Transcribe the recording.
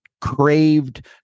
craved